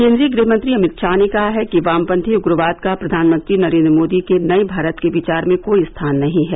केन्द्रीय गृहमंत्री अमित शाह ने कहा है कि वामपंथी उग्रवाद का प्रधानमंत्री नरेंद्र मोदी के नए भारत के विचार में कोई स्थान नहीं है